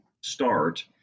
start